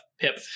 Pip